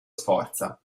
sforza